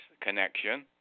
connection